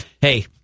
hey